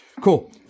cool